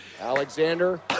Alexander